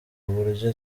uburyo